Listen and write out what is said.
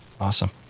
Awesome